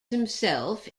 himself